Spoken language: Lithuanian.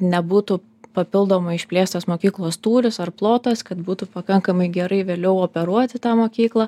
nebūtų papildomai išplėstas mokyklos tūris ar plotas kad būtų pakankamai gerai vėliau operuoti tą mokyklą